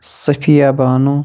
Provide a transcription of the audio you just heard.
Safiya Bano